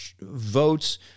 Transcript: votes